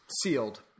sealed